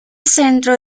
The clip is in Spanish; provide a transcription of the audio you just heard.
centro